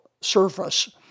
surface